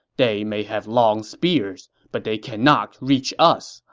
they may have long spears, but they cannot reach us.